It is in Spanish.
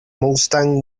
mustang